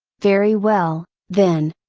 very well, then.